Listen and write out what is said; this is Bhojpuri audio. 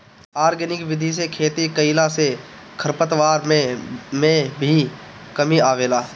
आर्गेनिक विधि से खेती कईला से खरपतवार में भी कमी आवेला